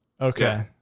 Okay